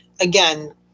again